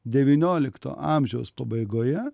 devyniolikto amžiaus pabaigoje